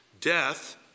death